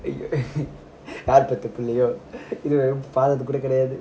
யார் பெத்த புள்ளையோ இது வர பார்த்தது கூட கிடையாது:yaar petha pullaiyo idhu vara parthathu kooda kidaiyathu